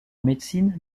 médecine